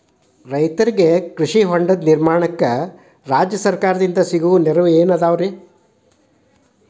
ರೈತರಿಗೆ ಕೃಷಿ ಹೊಂಡದ ನಿರ್ಮಾಣಕ್ಕಾಗಿ ರಾಜ್ಯ ಸರ್ಕಾರದಿಂದ ಸಿಗುವ ನೆರವುಗಳೇನ್ರಿ?